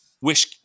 wish